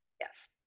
Yes